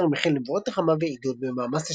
הספר מכיל נבואות נחמה ועידוד במאמץ